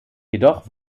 jedoch